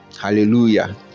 hallelujah